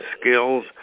skills